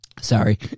Sorry